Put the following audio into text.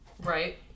Right